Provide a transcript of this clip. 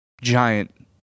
giant